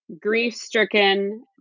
Grief-stricken